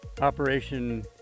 operation